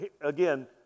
again